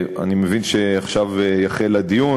אני מבין שעכשיו יחל הדיון,